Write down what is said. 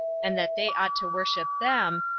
and that they ought to worship them,